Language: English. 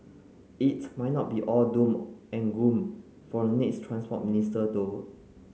it might not be all doom and gloom for the next Transport Minister though